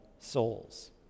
souls